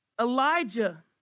Elijah